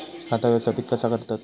खाता व्यवस्थापित कसा करतत?